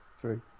True